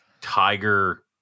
tiger